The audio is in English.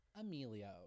emilio